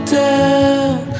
down